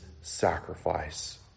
sacrifice